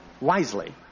wisely